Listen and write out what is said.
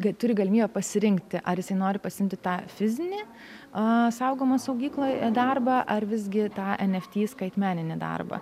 tu turi galimybę pasirinkti ar nori pasiimti tą fizinį a saugomą saugykloje darbą ar visgi tą en ef tį skaitmeninį darbą